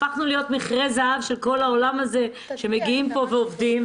הפכנו להיות מכרה זהב של כל העולם הזה שמגיעים פה ועובדים.